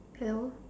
hello